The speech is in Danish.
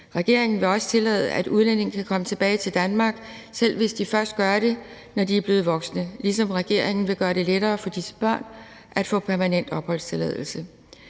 Regeringen vil også tillade, at udlændinge kan komme tilbage til Danmark, selv hvis det først sker, når de er blevet voksne, ligesom regeringen vil gøre det lettere for disse børn at få permanent opholdstilladelse.